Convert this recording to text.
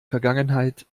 vergangenheit